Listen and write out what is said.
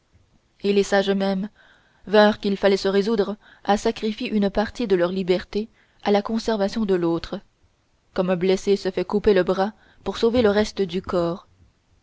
et les sages mêmes virent qu'il fallait se résoudre à sacrifier une partie de leur liberté à la conservation de l'autre comme un blessé se fait couper le bras pour sauver le reste du corps